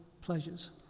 pleasures